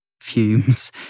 fumes